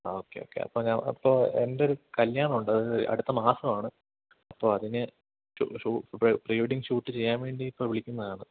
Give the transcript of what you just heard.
ആ okay okay അപ്പം ഞാൻ അപ്പോൾ എൻറ്റെയൊരു കല്യാണം ഉണ്ട് അത് അടുത്ത മാസമാണ് അപ്പോൾ അതിന് പ്രീവെഡ്ഡിങ് ഷൂട്ട് ചെയ്യാൻ വേണ്ടി ഇപ്പം വിളിക്കുന്നതാണ്